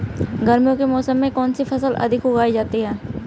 गर्मियों के मौसम में कौन सी फसल अधिक उगाई जाती है?